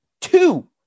Two